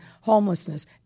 homelessness